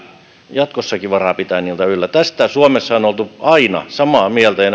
jatkossakin varaa pitää niitä yllä tästä ihan näistä perusperiaatteista suomessa on oltu aina samaa mieltä ja